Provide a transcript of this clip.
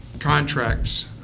contracts,